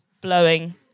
blowing